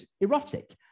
erotic